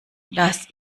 das